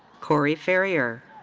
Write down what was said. cory ferrier.